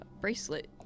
bracelet